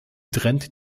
trennt